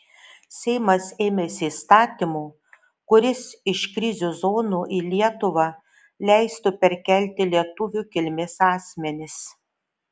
seimas ėmėsi įstatymo kuris iš krizių zonų į lietuvą leistų perkelti lietuvių kilmės asmenis